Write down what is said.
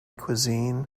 cuisine